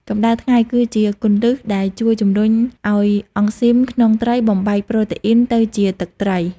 កំដៅថ្ងៃ គឺជាគន្លឹះដែលជួយជំរុញឱ្យអង់ស៊ីមក្នុងត្រីបំបែកប្រូតេអ៊ីនទៅជាទឹកត្រី។